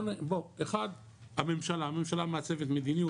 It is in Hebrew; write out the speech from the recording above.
1. הממשלה מעצבת מדיניות,